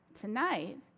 tonight